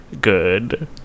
good